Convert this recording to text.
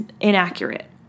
inaccurate